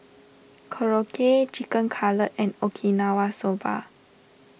Korokke Chicken Cutlet and Okinawa Soba